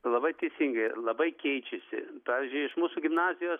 labai teisingai labai keičiasi pavyzdžiui iš mūsų gimnazijos